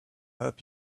help